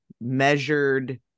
measured